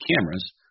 cameras